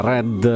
Red